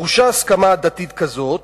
דרושה הסכמה הדדית כזאת,